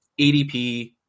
ADP